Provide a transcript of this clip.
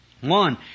One